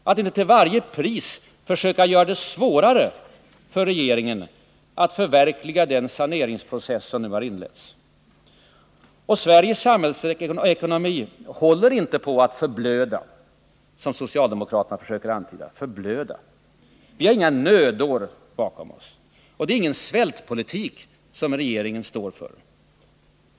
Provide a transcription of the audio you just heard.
Att inte till varje pris försöka göra det svårare för regeringen att förverkliga den saneringsprocess som nu har inletts. Sveriges samhällsekonomi håller inte på att förblöda, som socialdemokraterna försöker antyda. Förblöda! Vi har inga ”nödår” bakom oss. Det är ingen ”svältpolitik” som regeringen står för.